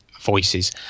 voices